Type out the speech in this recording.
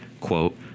quote